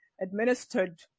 administered